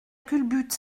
culbute